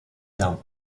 d’un